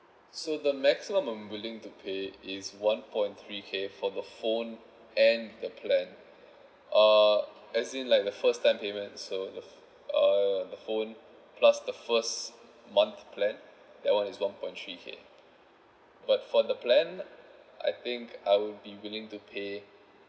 so the maximum I'm willing to pay is one point three K for the phone and the plan uh as in like the first time payments so if uh the phone plus the first month plan that one is one point three K but for the plan I think I will be willing to pay